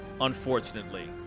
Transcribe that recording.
Unfortunately